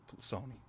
Sony